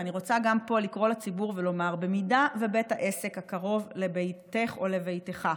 ואני רוצה גם פה לקרוא לציבור ולומר: אם בית העסק הקרוב לביתךְ או לביתךָ